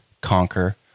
conquer